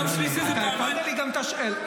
אתה גם הפעלת לי את השעון.